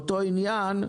באותו עניין,